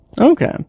Okay